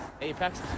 Apex